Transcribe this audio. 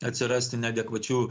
atsirasti neadekvačių